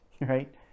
right